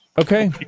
Okay